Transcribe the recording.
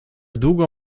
długo